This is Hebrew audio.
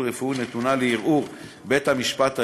רפואי נתונה לערעור לבית-המשפט העליון,